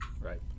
Right